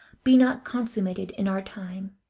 be not consummated in our time.